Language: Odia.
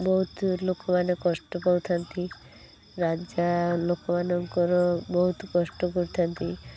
ବହୁତ ଲୋକମାନେ କଷ୍ଟ ପାଉଥାନ୍ତି ରାଜା ଲୋକମାନଙ୍କର ବହୁତ କଷ୍ଟ କରିଥାନ୍ତି